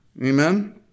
amen